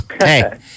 hey